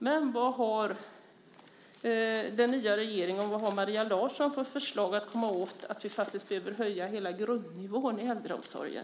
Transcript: Men vad har den nya regeringen och Maria Larsson för förslag när det gäller att man behöver höja hela grundnivån inom äldreomsorgen?